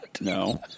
No